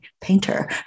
painter